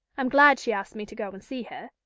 i'm glad she asked me to go and see her.